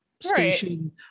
station